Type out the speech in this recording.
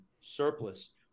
Surplus